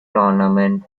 tournament